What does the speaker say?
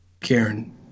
Karen